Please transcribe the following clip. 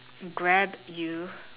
Grab you